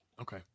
Okay